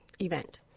event